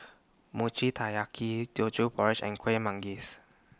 Mochi Taiyaki Teochew Porridge and Kuih Manggis